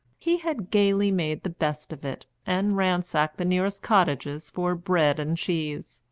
he had gaily made the best of it and ransacked the nearest cottages for bread-and-cheese.